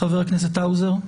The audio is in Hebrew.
חבר הכנסת האוזר?